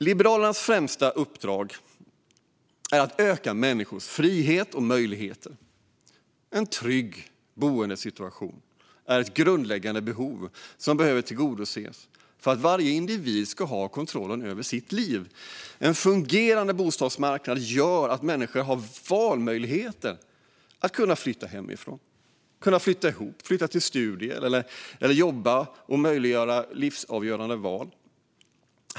Liberalernas främsta uppdrag är att öka människors frihet och möjligheter. En trygg boendesituation är ett grundläggande behov som behöver tillgodoses för att varje individ ska ha kontroll över sitt eget liv. En fungerande bostadsmarknad gör att människor har möjligheten att välja att flytta hemifrån, flytta ihop, flytta till studier eller till jobb och därmed göra livsavgörande val.